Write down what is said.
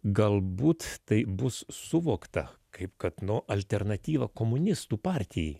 galbūt tai bus suvokta kaip kad nu alternatyva komunistų partijai